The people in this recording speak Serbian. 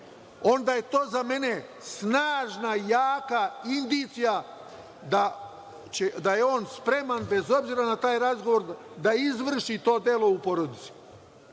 onda je to za mene snažna, jaka indicija da je on spreman, bez obzira na taj razgovor, da izvrši to delo u porodici.